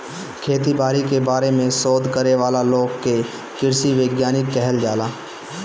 खेती बारी के बारे में शोध करे वाला लोग के कृषि वैज्ञानिक कहल जाला